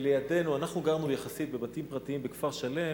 אנחנו גרנו, יחסית, בבתים פרטיים בכפר-שלם.